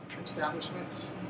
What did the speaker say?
establishments